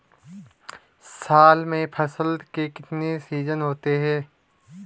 साल में फसल के कितने सीजन होते हैं?